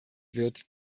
wird